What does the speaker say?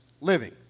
living